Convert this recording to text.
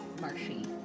Marshy